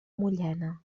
mullena